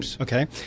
okay